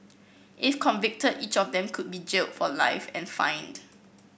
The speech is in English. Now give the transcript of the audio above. if convicted each of them could be jailed for life and fined